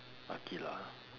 Aqilah